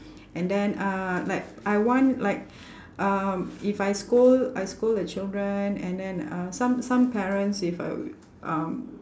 and then uh like I want like um if I scold I scold the children and then uh some some parents if uh um